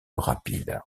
rapide